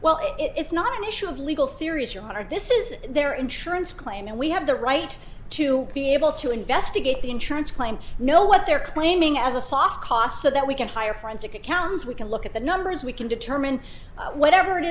well it's not an issue of legal theories your honor this is their insurance claim and we have the right to be able to investigate the insurance claim to know what they're claiming as a soft cost so that we can hire forensic accountants we can look at the numbers we can determine whatever it